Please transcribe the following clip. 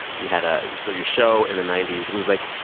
you had ah so your show in the ninety s was, like,